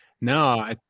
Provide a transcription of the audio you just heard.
No